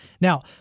Now